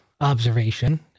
observation